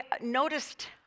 noticed